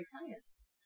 science